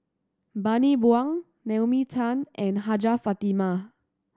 Bani Buang Naomi Tan and Hajjah Fatimah